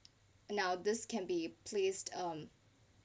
now this can be placed um